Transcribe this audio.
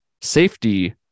safety